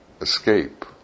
Escape